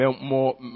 more